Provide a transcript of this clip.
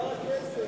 פואד,